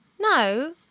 No